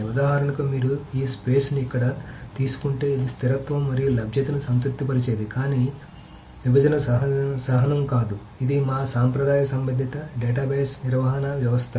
ఉదాహరణకు మీరు ఈ స్పేస్ ని ఇక్కడ తీసుకుంటే ఇది స్థిరత్వం మరియు లభ్యతను సంతృప్తిపరిచేది కానీ విభజన సహనం కాదు ఇది మా సాంప్రదాయ సంబంధిత డేటాబేస్ నిర్వహణ వ్యవస్థలు